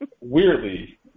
weirdly